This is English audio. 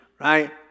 Right